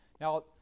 Now